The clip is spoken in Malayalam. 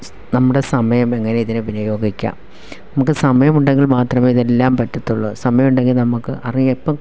നമ്മുടെ സമയമെങ്ങനെ ഇതിന് വിനിയോഗിക്കാം നമുക്ക് സമയമുണ്ടെങ്കിൽ മാത്രമേ ഇതെല്ലാം പറ്റത്തുള്ളൂ സമയം ഉണ്ടെങ്കിൽ നമുക്ക് അറിയാം ഇപ്പം